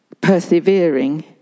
persevering